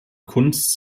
kunst